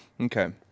Okay